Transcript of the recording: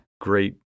great